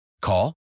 Call